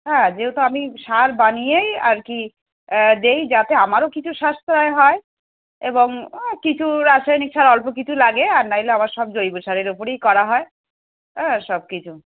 হ্যাঁ যেহতু আমি সার বানিয়েই আর কি দেই যাতে আমারও কিছু সাশ্রয় হয় এবং ও কিছু রাসায়নিক সার অল্প কিছু লাগে আর নাইলে আমার সব জৈব সারের ওপরেই করা হয় অ্যাঁ সব কিছু